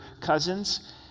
cousins